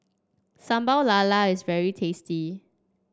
Sambal Lala is very tasty